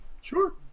Sure